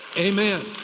Amen